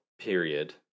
period